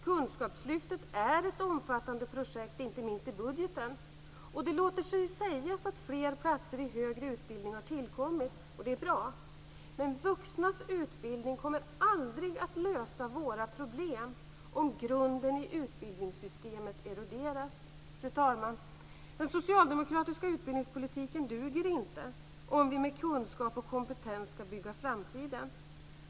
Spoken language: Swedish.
Kunskapslyftet är ett omfattande projekt, inte minst i budgeten. Och det låter sig sägas att fler platser i högre utbildning har tillkommit. Och det är bra. Men vuxnas utbildning kommer aldrig att lösa våra problem om grunden i utbildningssystemet eroderas. Fru talman! Den socialdemokratiska utbildningspolitiken duger inte om vi med kunskap och kompetens skall bygga framtiden.